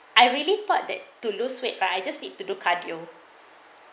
I really thought that to lose weight but I just need to do cardio